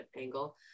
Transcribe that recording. angle